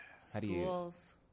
Schools